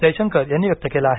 जयशंकर यांनी व्यक्त केलं आहे